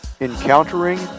Encountering